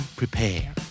prepare